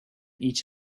each